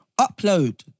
upload